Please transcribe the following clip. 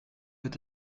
wird